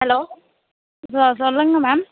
hello சொ சொல்லுங்கள் ma'am